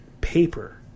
paper